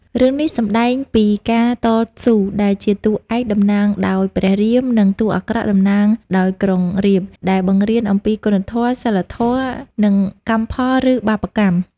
រឿងនេះសម្ដែងពីការតស៊ូរដែលជាតួរឯក តំណាងដោយព្រះរាម និងតួរអាក្រក់ តំណាងដោយក្រុងរាពណ៍ដែលបង្រៀនអំពីគុណធម៌ សីលធម៌ និងកម្មផល ឬបាបកម្ម ។